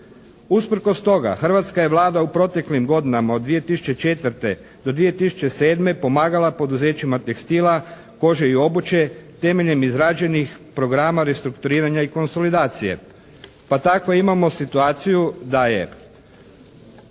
Usprkos toga, hrvatska je Vlada u proteklim godinama od 2004. do 2007. pomagala poduzećima tekstila, kože i obuće temeljem izrađenih programa restrukturiranja i konsolidacije pa tako imamo situaciju da je